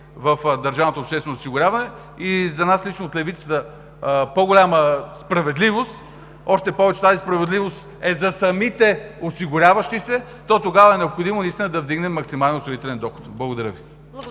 в държавното обществено осигуряване, лично за нас от левицата по голяма справедливост, още повече тази справедливост е за самите осигуряващи се, то тогава наистина е необходимо да вдигнем максималния осигурителен доход. Благодаря Ви.